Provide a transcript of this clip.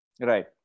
right